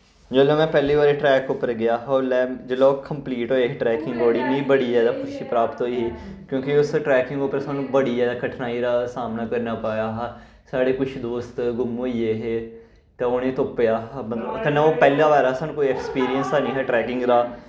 जिसलै में पैह्ली बारी ट्रैक उप्पर गेआ हा उसलै जिसलै ओह् कंपलीट होए हे ट्रैकिंग ओह्ड़ी मिगी बड़ी जैदा खुशी प्राप्त होई ही क्योंकि उस ट्रैकिंग उप्पर साणु बड़ी जैदा कठिनाई दा सामना करना पेआ हा साढ़े कुछ दोस्त गुम्म होई गे हे ते उ'नें तुप्पेआ हा कन्नै ओह् पैह्ला बारा साणु कोई एक्सपीरियंस हैनी हा ट्रैकिंग दा